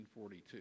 1942